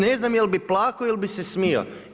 Ne znam jel' bi plakao ili bi se smijao.